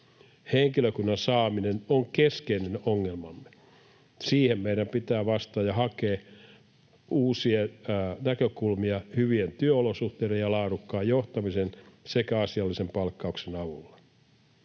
Henkilökunnan saaminen on keskeinen ongelmamme. Siihen meidän pitää vastata ja hakea uusia näkökulmia hyvien työolosuhteiden ja laadukkaan johtamisen sekä asiallisen palkkauksen avulla.